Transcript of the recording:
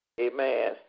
Amen